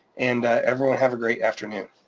and everyone have a great afternoon.